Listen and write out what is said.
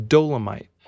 Dolomite